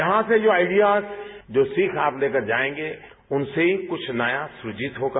यहां से जो आइडियाज जो सीख आप लेकर जायेंगे उनसे ही कृछ नया सुजित होगा